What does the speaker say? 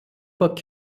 ଲୋକ